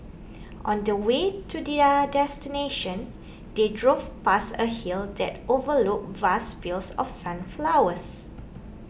on the way to their destination they drove past a hill that overlooked vast fields of sunflowers